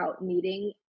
needing